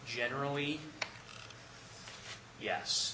generally yes